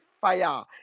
fire